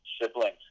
siblings